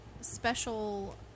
special